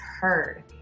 heard